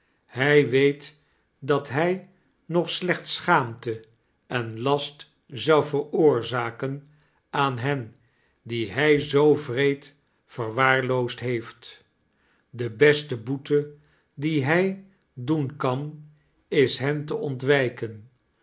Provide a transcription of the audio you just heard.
hij weet dat hij nog slechts schaamte en last zou veroorzaken aan hen die hij zoo wreed verwaarloosd heeft de beste boete die hij doen kan is hen te ontwijken